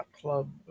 Club